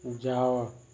ଯାଅ